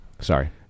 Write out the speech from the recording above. Sorry